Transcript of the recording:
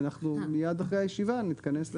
אנחנו מייד אחרי הישיבה נתכנס.